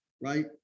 right